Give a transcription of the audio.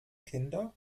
kinder